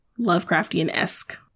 Lovecraftian-esque